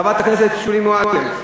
חברת הכנסת שולי מועלם?